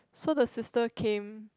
so the sister came